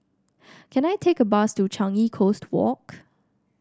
can I take a bus to Changi Coast Walk